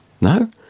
No